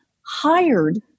hired